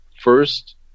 first